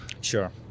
Sure